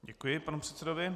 Děkuji panu předsedovi.